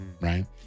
right